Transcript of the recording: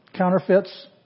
Counterfeits